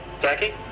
Jackie